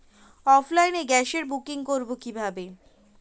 অফলাইনে গ্যাসের বুকিং করব কিভাবে?